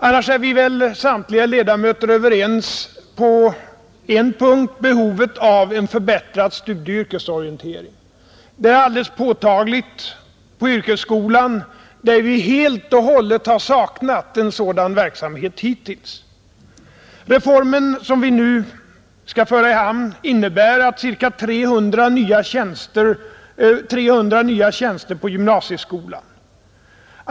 Annars är vi väl samtliga ledamöter överens på en punkt: det behövs en förbättrad studieoch yrkesorientering. Detta är alldeles påtagligt i yrkesskolan, där vi helt och hållet har saknat en sådan verksamhet hittills. Reformen som vi nu skall föra i hamn innebär ca 300 nya tjänster i gymnasieskolan.